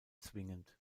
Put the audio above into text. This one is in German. zwingend